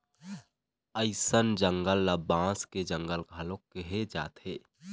अइसन जंगल ल बांस के जंगल घलोक कहे जाथे